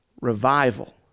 revival